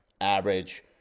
average